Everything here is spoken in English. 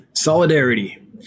solidarity